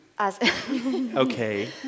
Okay